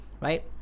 Right